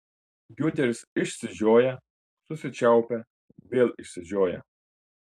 giunteris išsižioja susičiaupia vėl išsižioja